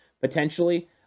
potentially